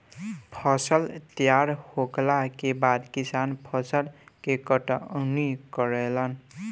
फसल तैयार होखला के बाद किसान फसल के कटनी करेलन